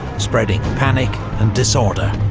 spreading panic and disorder.